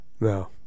No